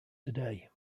today